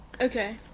okay